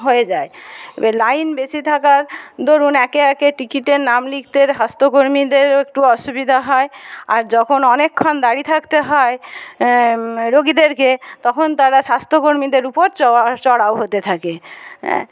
হয়ে যায় লাইন বেশি থাকার দরুন একে একে টিকিটে নাম লিখতে স্বাস্থ্যকর্মীদেরও একটু অসুবিধে হয় আর যখন অনেক্ষন দাঁড়িয়ে থাকতে হয় রুগীদেরকে তখন তারা স্বাস্থ্যকর্মীদের উপর চড়া চড়াও হতে থাকে